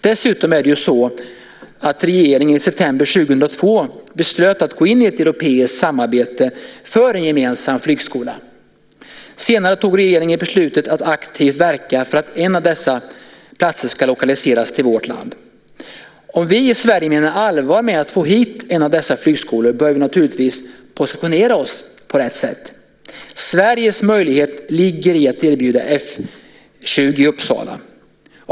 Dessutom beslutade regeringen i september 2002 om att gå in i ett europeiskt samarbete för en gemensam flygskola. Senare tog regeringen beslutet att aktivt verka för att en skola ska lokaliseras till vårt land. Om vi i Sverige menar allvar med att få hit en av dessa flygskolor bör vi naturligtvis positionera oss på rätt sätt. Sveriges möjlighet ligger i att erbjuda F 20 i Uppsala.